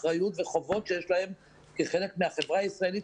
אחריות וחובות שיש להם כחלק מהחברה הישראלית